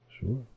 sure